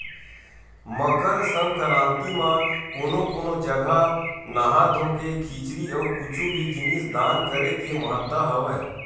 मकर संकरांति म कोनो कोनो जघा नहा धोके खिचरी अउ कुछु भी जिनिस दान करे के महत्ता हवय